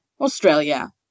Australia